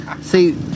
see